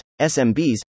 SMBs